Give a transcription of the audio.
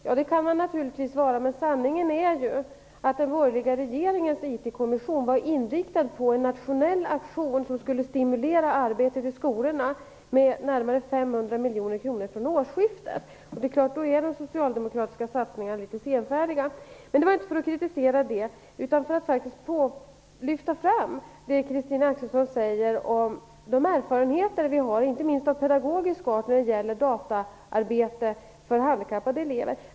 Ja, det kan man naturligtvis vara, men sanningen är ju att den borgerliga regeringens IT-kommission var inriktad på en nationell aktion som skulle stimulera arbetet i skolorna med närmare 500 miljoner kronor från årsskiftet. Det är klart att de socialdemokratiska satsningarna då är litet senfärdiga. Jag ville inte kritisera detta utan lyfta fram det Christina Axelsson säger om de erfarenheter vi har - inte minst av pedagogisk art - när det gäller dataarbete för handikappade elever.